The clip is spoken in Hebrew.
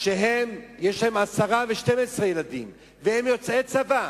שיש להם עשרה ו-12 ילדים, והם יוצאי צבא,